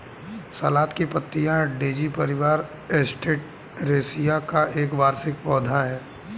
सलाद की पत्तियाँ डेज़ी परिवार, एस्टेरेसिया का एक वार्षिक पौधा है